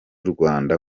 rwanda